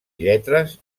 lletres